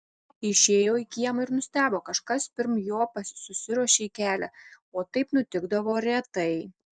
išėjo į kiemą ir nustebo kažkas pirm jo susiruošė į kelią o taip nutikdavo retai